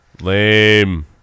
Lame